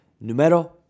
Numero